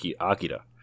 Akira